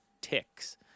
ticks